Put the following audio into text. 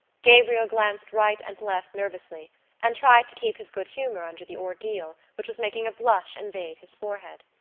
gabriel glanced right and left nervously and tried to keep his good humour under the ordeal which was making a blush invade his forehead.